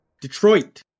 Detroit